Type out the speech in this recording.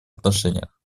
отношениях